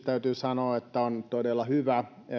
täytyy sanoa että itsessään tämä lakiesitys on todella hyvä